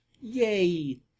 Yay